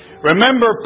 Remember